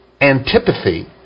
antipathy